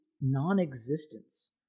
non-existence